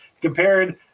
compared